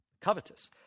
Covetous